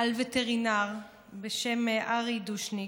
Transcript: על וטרינר בשם ארי דושניק,